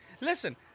Listen